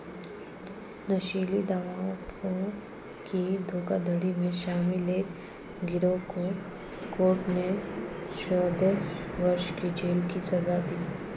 नशीली दवाओं की धोखाधड़ी में शामिल एक गिरोह को कोर्ट ने चौदह वर्ष की जेल की सज़ा दी